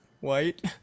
white